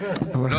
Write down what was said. לא,